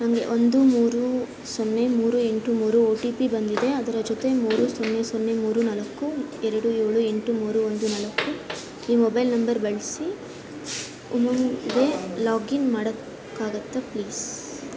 ನನಗೆ ಒಂದು ಮೂರು ಸೊನ್ನೆ ಮೂರು ಎಂಟು ಮೂರು ಒ ಟಿ ಪಿ ಬಂದಿದೆ ಅದರ ಜೊತೆ ಮೂರು ಸೊನ್ನೆ ಸೊನ್ನೆ ಮೂರು ನಾಲ್ಕು ಎರಡು ಏಳು ಎಂಟು ಮೂರು ಒಂದು ನಾಲ್ಕು ಈ ಮೊಬೈಲ್ ನಂಬರ್ ಬಳಸಿ ಉಮಂಗ್ಗೆ ಲಾಗಿನ್ ಮಾಡೋಕ್ಕಾಗತ್ತಾ ಪ್ಲೀಸ್